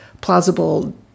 plausible